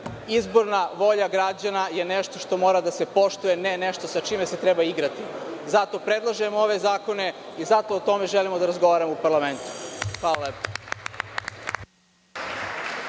Izborna volja građana je nešto što mora da se poštuje, a ne nešto sa čime se treba igrati. Zato predlažemo ove zakone i zato o tome želimo da razgovaramo u parlamentu. Hvala lepo.